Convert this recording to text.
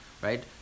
right